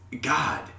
god